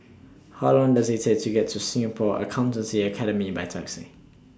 How Long Does IT Take to get to Singapore Accountancy Academy By Taxi